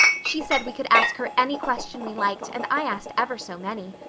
she said we could ask her any question we liked and i asked ever so many.